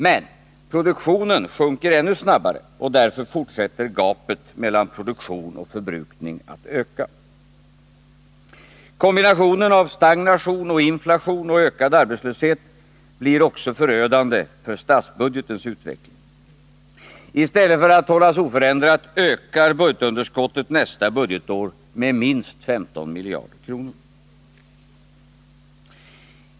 Men produktionen sjunker ännu snabbare och därför fortsätter gapet mellan produktion och förbrukning att öka. Kombinationen av stagnation och inflation samt ökad arbetslöshet blev också förödande för statsbudgetens utveckling. I stället för att hållas oförändrat ökar budgetunderskottet nästa budgetår med minst 15 miljarder kronor.